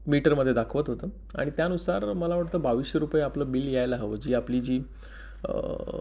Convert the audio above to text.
मीटरमध्ये दाखवत होतं आणि त्यानुसार मला वाटतं बावीसशे रुपये आपलं बिल यायला हवं जी आपली जी